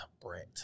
Brent